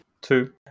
Two